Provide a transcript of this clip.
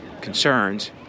concerns